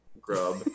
grub